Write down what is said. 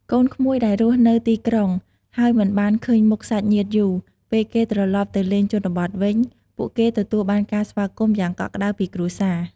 កូនក្មួយដែលរស់នៅទីក្រុង ហើយមិនបានឃើញមុខសាច់ញាតិយូរ ពេលគេត្រឡប់ទៅលេងជនបទវិញ ពួកគេទទួលបានការស្វាគមន៍យ៉ាងកក់ក្តៅពីគ្រួសារ។